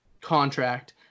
contract